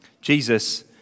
Jesus